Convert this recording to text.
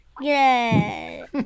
Yay